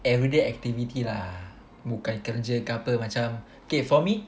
everyday activity lah bukan kerja ke apa macam K for me